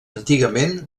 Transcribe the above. antigament